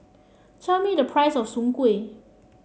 tell me the price of Soon Kway